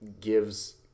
gives